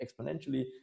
exponentially